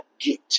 get